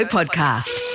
Podcast